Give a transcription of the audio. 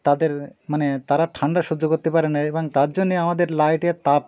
তাদের মানে তারা ঠান্ডা সহ্য করতে পারে না এবং তার জন্যে আমাদের লাইটের তাপ